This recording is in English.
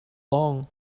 long